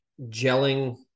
gelling